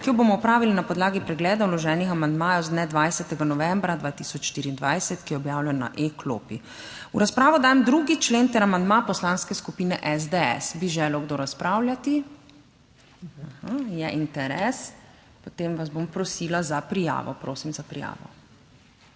ki jo bomo opravili na podlagi pregleda vloženih amandmajev z dne 20. novembra 2024, ki je objavljen na e-klopi. V razpravo dajem 2. člen ter amandma Poslanske skupine SDS. Bi želel kdo razpravljati? Je interes, potem vas bom prosila za prijavo. Prosim za prijavo.